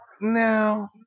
no